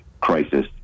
crisis